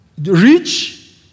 rich